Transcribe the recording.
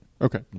Okay